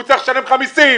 הוא צריך לשלם לך מסים,